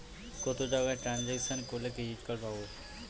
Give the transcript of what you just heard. কত টাকা ট্রানজেকশন করলে ক্রেডিট কার্ড পাবো?